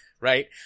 right